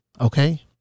Okay